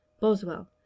Boswell